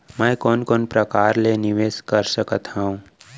मैं कोन कोन प्रकार ले निवेश कर सकत हओं?